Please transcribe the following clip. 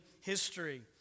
history